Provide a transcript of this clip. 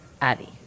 Addie